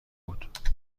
بود